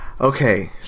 Okay